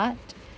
art